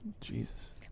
Jesus